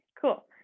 cool